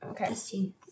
Okay